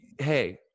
Hey